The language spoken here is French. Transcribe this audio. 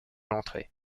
l’entrée